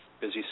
busy